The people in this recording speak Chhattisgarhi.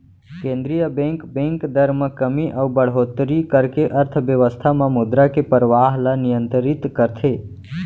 केंद्रीय बेंक, बेंक दर म कमी अउ बड़होत्तरी करके अर्थबेवस्था म मुद्रा के परवाह ल नियंतरित करथे